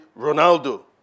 Ronaldo